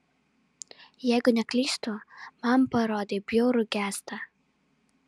jeigu neklystu man parodei bjaurų gestą